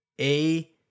A-